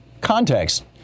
context